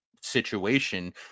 situation